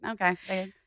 okay